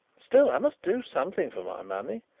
still i must do something for my money.